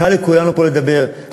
קל לכולנו פה לדבר,